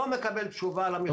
לא מקבל תשובה על המכתב הראשון,